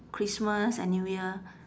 christmas and new year